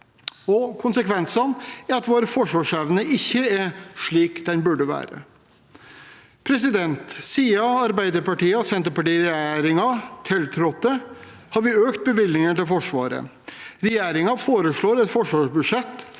Konsekvensene er at vår forsvarsevne ikke er slik den burde være. Siden Arbeiderparti–Senterparti-regjeringen tiltrådte har vi økt bevilgningene til Forsvaret. Regjeringen foreslår et forsvarsbudsjett